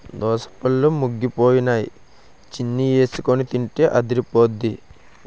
దోసపళ్ళు ముగ్గిపోయినై చీనీఎసికొని తింటే అదిరిపొద్దే